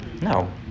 No